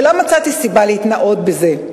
ולא מצאתי סיבה להתנאות בזה.